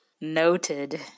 Noted